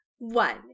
One